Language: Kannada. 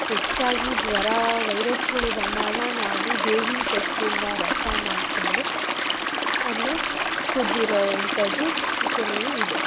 ಹೆಚ್ಚಾಗಿ ಜ್ವರ ವೈರಸ್ಗಳು ಬಂದಾಗ ನಾನು ಬೇವಿನ ಸೊಪ್ಪಿಂದ ರಸ ಮಾಡಿಕೊಂಡು ಅದನ್ನ ಕುಡ್ದಿರುವಂಥದ್ದು ಕೆಲವು ಇದೆ